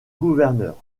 gouverneur